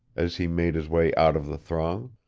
as he made his way out of the throng.